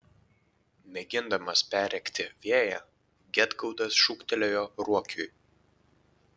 mėgindamas perrėkti vėją gedgaudas šūktelėjo ruokiui